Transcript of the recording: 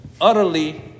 utterly